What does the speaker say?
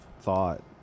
thought